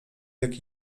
jak